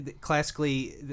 classically